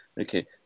Okay